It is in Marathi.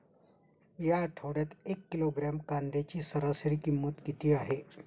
या आठवड्यात एक किलोग्रॅम कांद्याची सरासरी किंमत किती आहे?